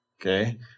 Okay